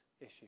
issue